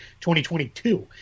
2022